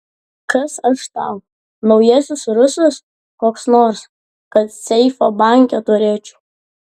kas aš tau naujasis rusas koks nors kad seifą banke turėčiau